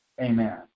Amen